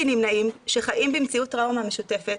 נמנעים שחיים במציאות טראומה משותפת.